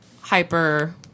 hyper